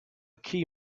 key